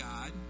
God